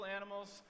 animals